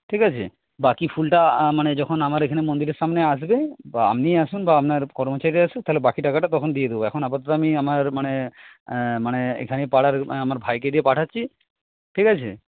ঠিক আছে বাকি ফুলটা মানে যখন আমার এখানে মন্দিরের সামনে আসবে বা আপনি আসুন বা আপনার কর্মচারীরাই আসুক তাহলে বাকি টাকাটা তখন দিয়ে দেব এখন আপাতত আমি আমার মানে মানে এখানেই পাড়ার মানে আমার ভাইকে দিয়ে পাঠাচ্ছি ঠিক আছে